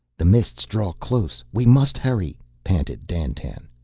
the mists draw close we must hurry, panted dandtan.